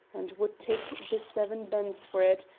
and would take the seven bens for it,